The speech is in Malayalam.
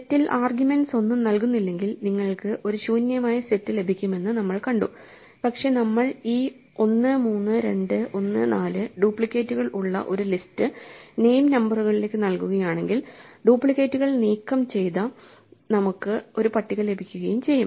സെറ്റിൽ ആർഗ്യുമെന്റ്സ് ഒന്നും നൽകുന്നില്ലെങ്കിൽ നിങ്ങൾക്ക് ഒരു ശൂന്യമായ സെറ്റ് ലഭിക്കുമെന്ന് നമ്മൾ കണ്ടു പക്ഷേ നമ്മൾ ഈ 13214 ഡ്യൂപ്ലിക്കേറ്റുകൾ ഉള്ള ഒരു ലിസ്റ്റ് നെയിം നമ്പറുകളിലേക്ക് നൽകുകയാണെങ്കിൽ ഡ്യൂപ്ലിക്കേറ്റുകൾ നീക്കം ചെയ്ത നമുക്ക് ഒരു പട്ടിക ലഭിക്കുകയും ചെയ്യും